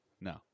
No